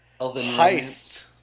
heist